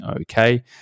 Okay